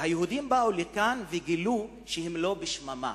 היהודים באו לכאן וגילו שהם לא בשממה.